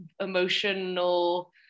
emotional